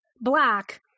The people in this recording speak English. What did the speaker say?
black